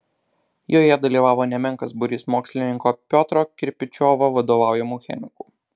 joje dalyvavo nemenkas būrys mokslininko piotro kirpičiovo vadovaujamų chemikų